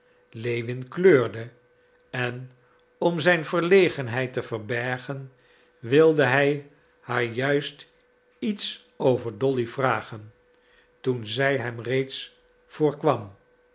lewin kleurde en om zijn verlegenheid te verbergen wilde hij haar juist iets over dolly vragen toen zij hem reeds voorkwam